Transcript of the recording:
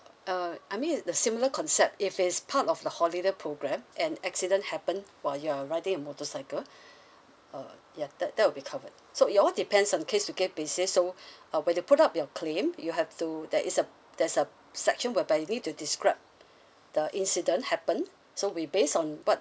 uh I mean the similar concept if it's part of the holiday programme and accident happen while you're riding a motorcycle uh ya that that will be covered so it all depends on case to case basis so uh when you put up your claim you have to there is a there's a section whereby you need to describe the incident happen so we based on what